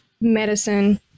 medicine